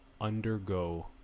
undergo